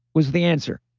was the answer.